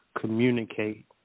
communicate